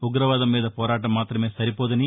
ఉ గ్రవాదం మీద పోరాటం మాతమే సరిపోదని